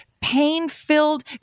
pain-filled